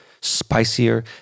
spicier